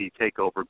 TakeOver